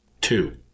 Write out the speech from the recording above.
Two